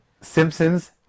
Simpsons